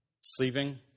sleeping